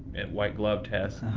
white glove test,